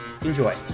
Enjoy